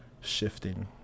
shifting